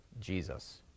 Jesus